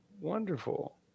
Wonderful